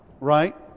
Right